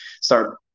start